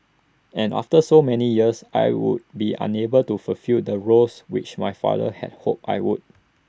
and after so many years I would be unable to fulfil the roles which my father had hoped I would